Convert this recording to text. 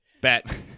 bet